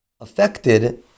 affected